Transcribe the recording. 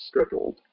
scheduled